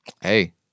Hey